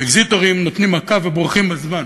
אקזיטורים נותנים מכה ובורחים בזמן,